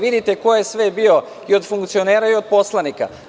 Vidite ko je sve bio i od funkcionera i od poslanika.